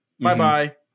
bye-bye